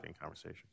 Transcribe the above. conversation